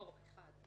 לא, אחד.